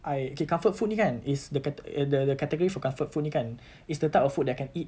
I okay comfort food ini kan is the cate~ the the category for comfort food ini kan is the type of food that I can eat